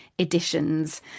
editions